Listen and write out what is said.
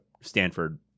Stanford